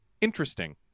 Interesting